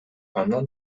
андан